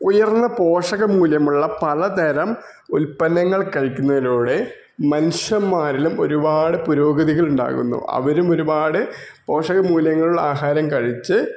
ഉയർന്ന പോഷക മൂല്യമുള്ള പലതരം ഉൽപ്പന്നങ്ങൾ കഴിക്കുന്നതിലൂടെ മനുഷ്യന്മാരിലും ഒരുപാട് പുരോഗതികളുണ്ടാകുന്നു അവരും ഒരുപാട് പോഷക മൂല്യങ്ങൾ ആഹാരം കഴിച്ച്